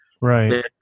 Right